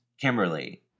Kimberly